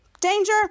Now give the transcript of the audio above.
Danger